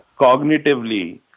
cognitively